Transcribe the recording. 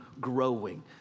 growing